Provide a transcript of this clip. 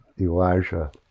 Elijah